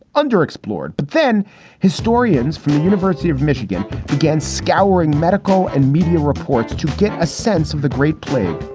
underexplored but then historians from the university of michigan against scouring medical and media reports to get a sense of the great plague.